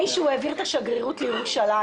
שהוא העביר את השגרירות לירושלים....